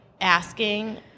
asking